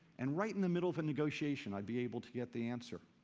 and right in the middle of a negotiation i'd be able to get the answer.